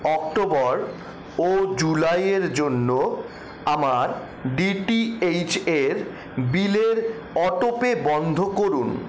October ও জুুলাইয়ের জন্য আমার ডি টি এইচ এর বিলের অটোপে বন্ধ করুন